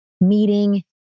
meeting